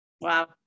Wow